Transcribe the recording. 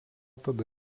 tada